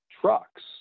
trucks